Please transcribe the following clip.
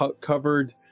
covered